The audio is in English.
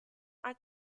are